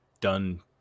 done